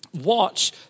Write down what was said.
Watch